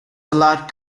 allowed